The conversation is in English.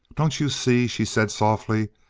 don't you see, she said softly,